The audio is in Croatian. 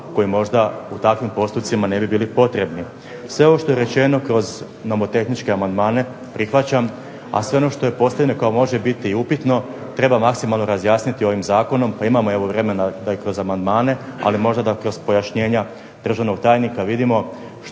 koji možda u takvim postupcima ne bi bili potrebni. Sve ovo što je rečeno kroz nomotehničke amandmane prihvaćam, a sve ono što je postavljeno kao može biti i upitno treba maksimalno razjasniti ovim Zakonom pa imamo evo vremena da i kroz amandmane, ali možda da kroz pojašnjenja državnog tajnika vidimo